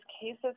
cases